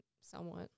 Somewhat